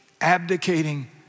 abdicating